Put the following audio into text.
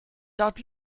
dort